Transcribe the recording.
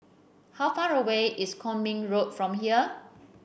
how far away is Kwong Min Road from here